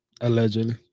Allegedly